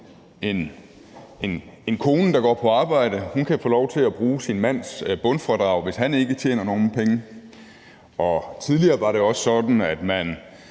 en kone, der går på arbejde få lov til at bruge sin mands bundfradrag, hvis han ikke tjener nogen penge, og tidligere var det også sådan, at man